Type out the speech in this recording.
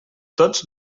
tots